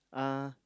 uh